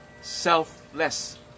selfless